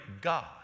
God